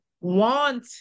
want